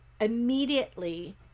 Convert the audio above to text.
immediately